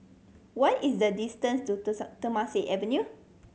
what is the distance to Temasek Avenue